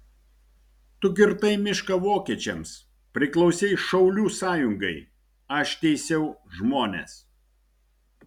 tu kirtai mišką vokiečiams priklausei šaulių sąjungai aš teisiau žmones